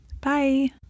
Bye